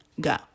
go